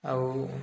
ଆଉ